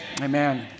Amen